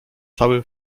cały